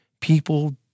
People